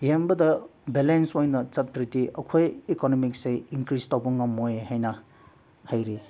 ꯌꯦꯡꯕꯗ ꯕꯦꯂꯦꯟꯁ ꯑꯣꯏꯅ ꯆꯠꯇ꯭ꯔꯗꯤ ꯑꯩꯈꯣꯏ ꯏꯀꯣꯅꯣꯃꯤꯛꯁꯦ ꯏꯟꯀ꯭ꯔꯤꯁ ꯇꯧꯕ ꯉꯝꯃꯣꯏ ꯍꯥꯏꯅ ꯍꯥꯏꯔꯤ